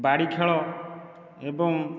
ବାଡ଼ି ଖେଳ ଏବଂ